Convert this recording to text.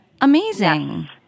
Amazing